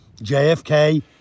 JFK